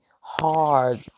hard